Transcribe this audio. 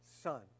son